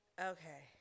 Okay